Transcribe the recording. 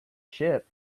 ship